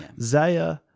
Zaya